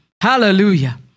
Hallelujah